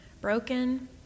broken